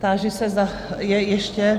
Táži se, zda je ještě...